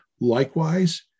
Likewise